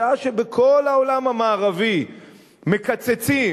בשעה שבכל העולם המערבי מקצצים,